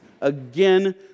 again